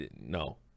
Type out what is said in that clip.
no